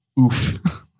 Oof